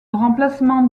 remplacement